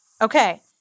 Okay